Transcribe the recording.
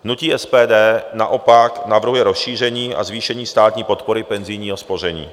Hnutí SPD naopak navrhuje rozšíření a zvýšení státní podpory penzijního spoření.